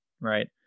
right